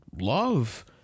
love